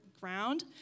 ground